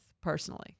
personally